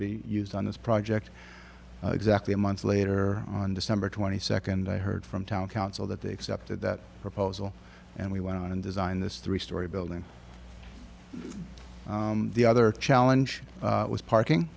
be used on this project exactly a month later on december twenty second i heard from town council that they accepted that proposal and we went on and designed this three story building the other challenge was parking